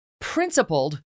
principled